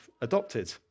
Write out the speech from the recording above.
adopted